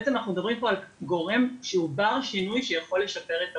בעצם אנחנו מדברים פה על גורם שהוא בר שינוי שיכול לשפר את הבריאות,